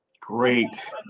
Great